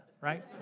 right